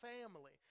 family